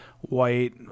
white